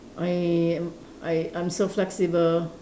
I am I I'm so flexible